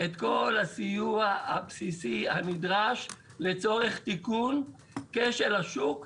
את כל הסיוע הבסיסי הנדרש לצורך תיקון כשל השוק.